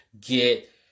get